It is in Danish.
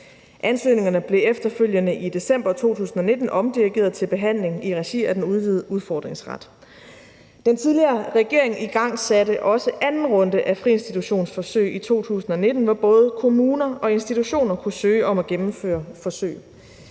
Ansøgningerne blev efterfølgende i december 2019 omdirigeret til behandling i regi af den udvidede udfordringsret. Den tidligere regering igangsatte også anden runde af friinstitutionsforsøg i 2019, hvor både kommuner og institutioner kunne søge om at gennemføre forsøg.